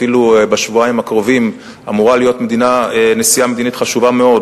אפילו בשבועיים הקרובים אמורה להיות נסיעה מדינית חשובה מאוד